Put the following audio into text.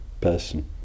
person